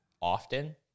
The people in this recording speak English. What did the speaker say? often